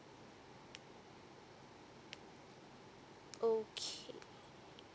okay